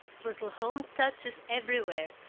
little home touches everywhere,